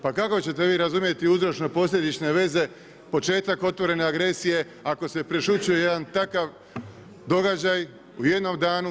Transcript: Pa kako ćete vi razumjeti uzročno posljedične veze početak otvorene agresije ako se prešućuje jedan takav događaj u jednom danu.